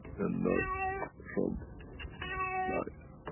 and not from lives.